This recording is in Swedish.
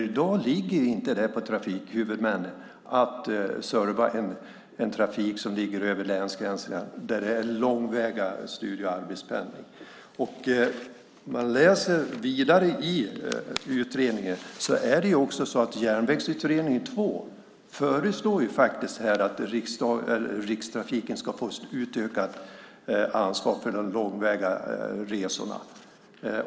I dag ligger det inte på trafikhuvudmännen att serva en trafik som går över länsgränserna, där det är långväga studie och arbetspendling. När man läser vidare föreslår Järnvägsutredningen 2 att Rikstrafiken får ett utökat ansvar för de långväga resorna.